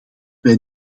wij